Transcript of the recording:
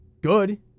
Good